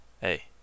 Hey